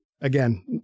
Again